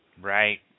Right